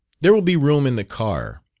there will be room in the car.